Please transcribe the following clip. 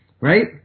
Right